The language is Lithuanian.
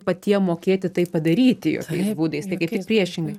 patiem mokėti tai padaryti jokiais būdais tai kaip priešingai